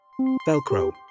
Velcro